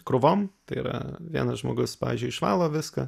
krūvom tai yra vienas žmogus pavyzdžiui išvalo viską